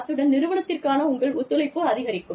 அத்துடன் நிறுவனத்திற்கான உங்கள் ஒத்துழைப்பு அதிகரிக்கும்